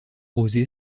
rosé